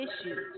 issues